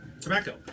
Tobacco